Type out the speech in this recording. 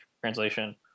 translation